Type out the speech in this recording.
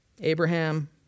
Abraham